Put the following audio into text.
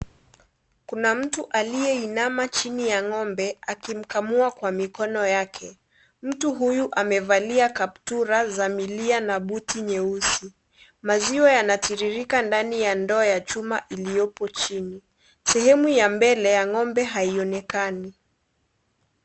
Kuna mtu aliyeinama chini ya ng'ombe akimkamua kwa mikono yake. Mtu huyu amevalia kaptura za milia na buti nyeusi. Maziwa yanatiririka ndani ya ndoo ya chuma iliyopo chini. Sehemu ya mbele ya ng'ombe haionekani.